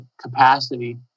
capacity